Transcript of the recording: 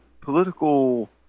political